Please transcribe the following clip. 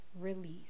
release